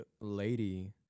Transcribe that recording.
lady